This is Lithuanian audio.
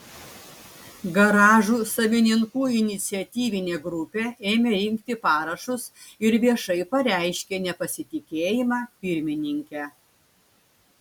garažų savininkų iniciatyvinė grupė ėmė rinkti parašus ir viešai pareiškė nepasitikėjimą pirmininke